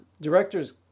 director's